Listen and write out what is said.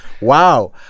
Wow